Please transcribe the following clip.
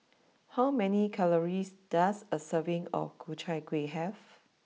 how many calories does a serving of Ku Chai Kuih have